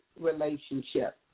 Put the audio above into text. relationship